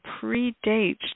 predates